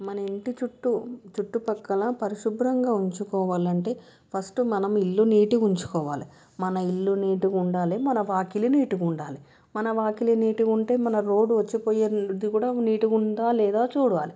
మన ఇంటి చుట్టూ చుట్టుపక్కల పరిశుభ్రంగా ఉంచుకోవాలంటే ఫస్ట్ మనం ఇల్లు నీట్గా ఉంచుకోవాలి మన ఇల్లు నీటుగా ఉండాలి మన వాకిలి నీట్గా ఉండాలి మన వాకిలి నీట్గా ఉంటే మన రోడ్డు వచ్చి పోయేది కూడా నీటుగా ఉందా లేదా చూడాలి